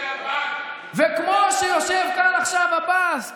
וכמו שיושב כאן עכשיו עבאס,